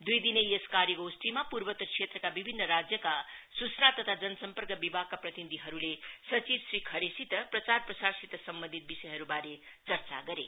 दुई दिने यस कार्यगोष्ठीमा पूर्वोत्तर क्षेत्रका विभिन्न राज्यका सूचना तथा जनसम्पर्क विभागका प्रतिनिधिहरुले सचिव श्री खरेलसित प्रचार प्रसार सित सम्वन्धित विषयहरुवारे चर्चा गरे